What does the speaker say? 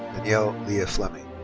danielle lea fleming.